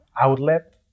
outlet